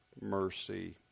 mercy